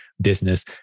business